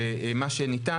מה שניתן,